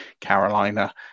Carolina